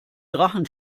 drachen